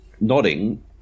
nodding